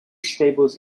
stables